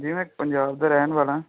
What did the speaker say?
ਜੀ ਮੈਂ ਪੰਜਾਬ ਦਾ ਰਹਿਣ ਵਾਲਾ